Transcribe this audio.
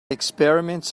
experiments